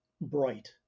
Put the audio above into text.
bright